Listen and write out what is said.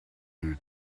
you